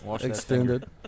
extended